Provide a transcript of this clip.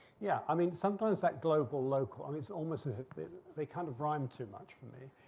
yeah i mean sometimes that global local, it's almost as if they they kind of rhyme too much for me,